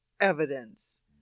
evidence